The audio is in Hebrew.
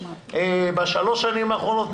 בשלוש שנים האחרונות,